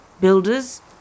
Builders